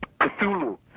Cthulhu